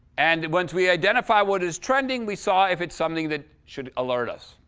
and once we identified what is trending, we saw if it's something that should alert us.